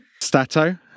stato